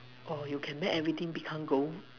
oh you can make everything become gold